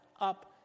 up